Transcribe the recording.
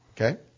Okay